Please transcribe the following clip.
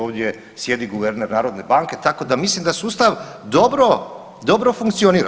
Ovdje sjedi guverner Narodne banke, tako da mislim da sustav dobro funkcionira.